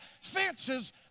fences